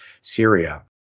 Syria